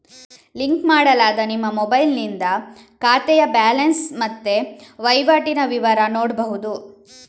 link ಮಾಡಲಾದ ನಿಮ್ಮ ಮೊಬೈಲಿನಿಂದ ಖಾತೆಯ ಬ್ಯಾಲೆನ್ಸ್ ಮತ್ತೆ ವೈವಾಟಿನ ವಿವರ ನೋಡ್ಬಹುದು